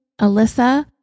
Alyssa